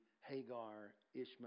Hagar-Ishmael